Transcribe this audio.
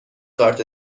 کارت